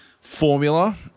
formula